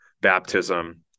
baptism